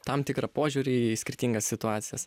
tam tikrą požiūrį į skirtingas situacijas